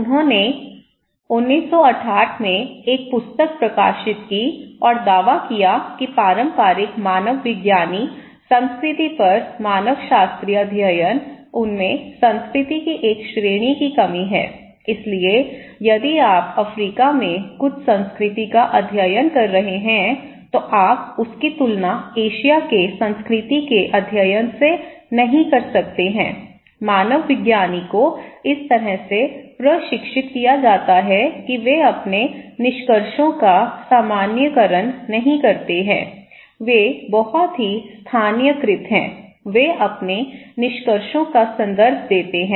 उन्होंने 1978 में एक पुस्तक प्रकाशित की और दावा किया कि पारंपरिक मानवविज्ञानी संस्कृति पर मानवशास्त्रीय अध्ययन उनमें संस्कृति की एक श्रेणी की कमी है इसलिए यदि आप अफ्रीका में कुछ संस्कृति का अध्ययन कर रहे हैं तो आप उसकी तुलना एशिया के संस्कृति के अध्ययन से नहीं कर सकते हैं मानवविज्ञानी को इस तरह से प्रशिक्षित किया जाता है कि वे अपने निष्कर्षों का सामान्यीकरण नहीं करते हैं वे बहुत ही स्थानीयकृत हैं वे अपने निष्कर्षों का संदर्भ देते हैं